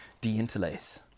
De-interlace